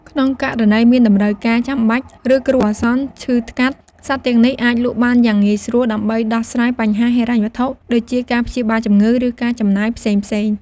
ក្នុងករណីមានតម្រូវការចាំបាច់ ឬគ្រោះអាសន្ន ឈឺស្កាត់ សត្វទាំងនេះអាចលក់បានយ៉ាងងាយស្រួលដើម្បីដោះស្រាយបញ្ហាហិរញ្ញវត្ថុ ដូចជាការព្យាបាលជំងឺ ឬការចំណាយផ្សេងៗ។